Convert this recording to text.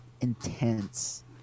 intense